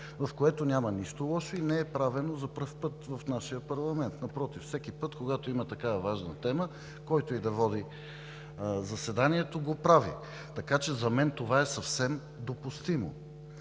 в което няма нищо лошо и не е правено за пръв път в нашия парламент. Напротив, всеки път, когато има такава важна тема, който и да води заседанието, го прави. Така че за мен това е съвсем допустимо.